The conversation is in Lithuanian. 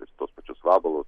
ir tuos pačius vabalus